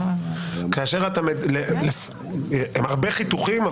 עם הרבה חיתוכים.